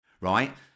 right